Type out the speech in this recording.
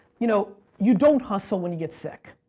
you know you don't hustle when you get sick.